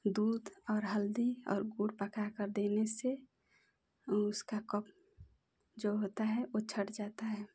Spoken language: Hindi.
दूध और हल्दी और गुड़ पका कर देने से उसका कब्ज़ जो होता है वो छठ जाता है